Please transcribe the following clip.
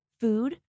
food